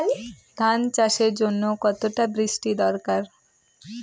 ধান চাষের জন্য কতটা বৃষ্টির দরকার?